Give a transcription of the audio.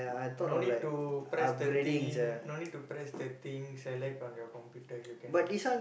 no need to press the thing no need to press the thing select on your computer you can